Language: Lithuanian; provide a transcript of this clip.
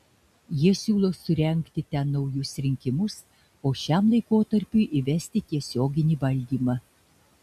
jie siūlo surengti ten naujus rinkimus o šiam laikotarpiui įvesti tiesioginį valdymą